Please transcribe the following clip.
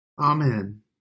Amen